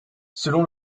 selon